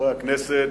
חברי הכנסת,